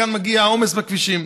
מכאן מגיע העומס בכבישים.